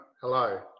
Hello